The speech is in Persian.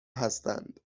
هستند